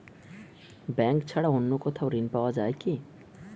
Bank ছাড়া অন্য কোথাও ঋণ পাওয়া যায় কি?